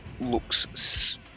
looks